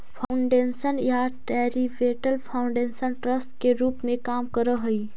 foundation या charitable foundation trust के रूप में काम करऽ हई